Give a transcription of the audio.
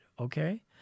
okay